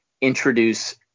introduce